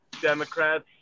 democrats